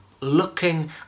looking